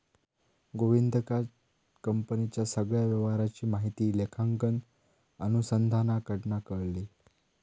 गोविंदका कंपनीच्या सगळ्या व्यवहाराची माहिती लेखांकन अनुसंधानाकडना कळली